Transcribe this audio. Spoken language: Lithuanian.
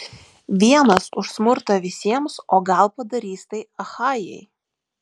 vienas už smurtą visiems o gal padarys tai achajai